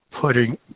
putting